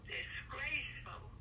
Disgraceful